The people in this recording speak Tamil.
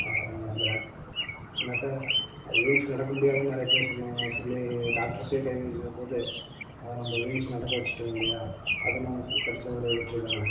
நினைக்கிறேன் இல்லைன்னாக்க அது ஏந்திச்சு நடக்க முடியாதுன்னு நிறையா பேர் சொன்னாங்க சொல்லி டாக்டர்ஸே கை விரித்த போது அதை நம்ம ஏந்திச்சி நடக்க வைச்சிட்டோம் இல்லையா அது நமக்கு கிடைச்ச ஒரு வெற்றி தானே